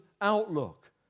outlook